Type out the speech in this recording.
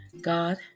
God